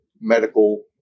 medical